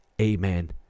Amen